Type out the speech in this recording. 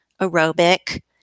aerobic